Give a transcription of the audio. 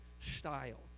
Style